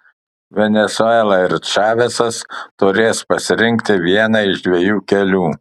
venesuela ir čavesas turės pasirinkti vieną iš dviejų kelių